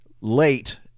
late